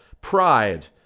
pride